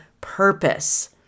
purpose